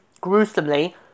gruesomely